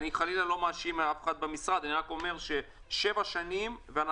אני חלילה לא מאשים אף אחד במשרד אבל אני רק אומר ש-7 שנים אנחנו